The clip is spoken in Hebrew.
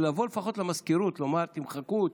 לבוא לפחות למזכירות לומר: תמחקו אותי.